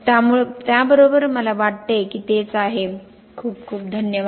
त्याबरोबर मला वाटते की तेच आहे खूप खूप धन्यवाद